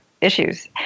issues